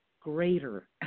greater